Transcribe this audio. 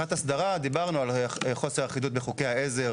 מבחינת אסדרה, הזכרנו את חוסר האחידות בחוקי העזר